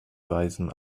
weisen